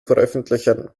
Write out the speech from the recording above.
veröffentlichen